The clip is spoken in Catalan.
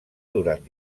durant